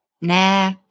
Nah